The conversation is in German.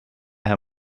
herr